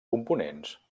components